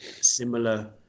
similar